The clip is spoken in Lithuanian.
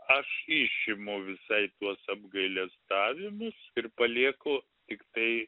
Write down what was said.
aš išimu visai tuos apgailestavimus ir palieku tiktai